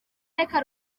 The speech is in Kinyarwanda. reka